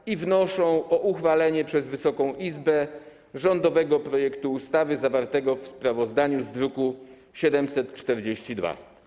Komisje wnoszą o uchwalenie przez Wysoką Izbę rządowego projektu ustawy zawartego w sprawozdaniu z druku nr 742.